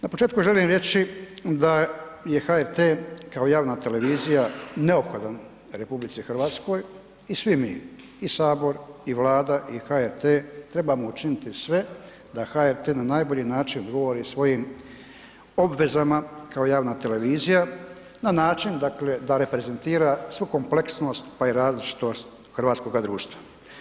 Na početku želim reći da je HRT-a kao javna televizija neophodan RH i svi mi i Sabor, i Vlada i HRT trebamo učiniti sve da HRT na najbolji način odgovori svojim obvezama kao javna televizija na način da reprezentira svu kompleksnost pa i različitost hrvatskoga društva.